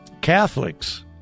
Catholics